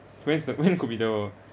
when is the when could be the